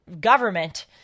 government